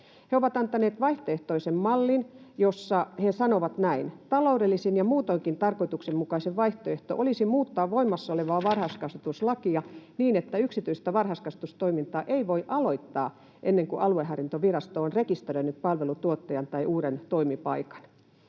He ovat antaneet vaihtoehtoisen mallin, jossa he sanovat näin: ”Taloudellisin ja muutoinkin tarkoituksenmukaisin vaihtoehto olisi muuttaa voimassaolevaa varhaiskasvatuslakia niin, että yksityistä varhaiskasvatustoimintaa ei voi aloittaa ennen kuin aluehallintovirasto on rekisteröinyt palvelutuottajan tai uuden toimipaikan.”